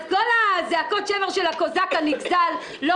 אז כל זעקות השבר האלה של הקוזאק הנגזל לא